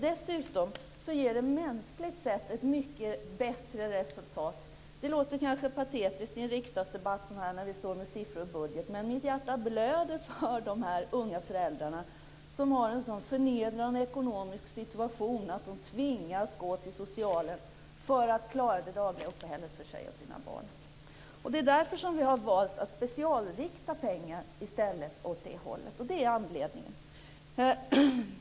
Dessutom ger det mänskligt sett ett mycket bättre resultat. Det låter kanske patetiskt att säga det i en riksdagsdebatt där vi talar om siffror och budget, men mitt hjärta blöder för de unga föräldrar som har en så förnedrande ekonomisk situation att de tvingas att gå till socialen för att klara det dagliga uppehället för sig och sina barn. Det är därför som vi har valt att i stället specialrikta pengar åt det hållet. Det är anledningen.